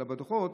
אלא בדוחות.